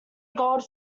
gold